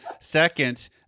second